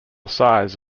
size